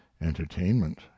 entertainment